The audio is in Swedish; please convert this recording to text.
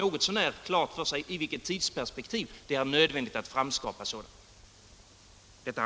Något så när måste man ha klart för sig inom vilken tid det är nödvändigt att uppnå målet.